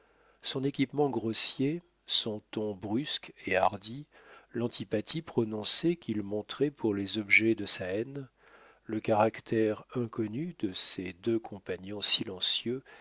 son équipement grossier son ton brusque et hardi l'antipathie prononcée qu'il montrait pour les objets de sa haine le caractère inconnu de ses deux compagnons silencieux